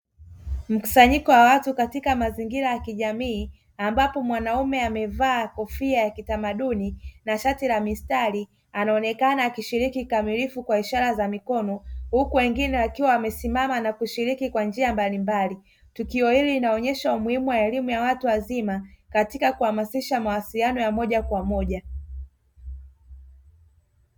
Mkusanyiko wa watu katika mazingira ya kijamii, ambapo mwanaume amevaa kofia ya kitamaduni na shati la mstari anaonekana akishiriki kikamilifu kwa ishara za mkono, huku wengine wakiwa amesimama na kushiriki kwa njia mbalimbali. Tukio hili linaonyesha umuhimu wa elimu ya watu wazima katika kuhamasisha mawasiliano ya moja kwa moja.